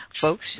folks